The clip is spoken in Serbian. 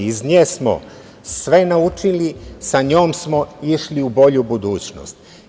Iz nje smo sve naučili, sa njom smo išli u bolju budućnost.